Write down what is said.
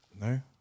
No